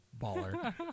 baller